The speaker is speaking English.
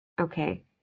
Okay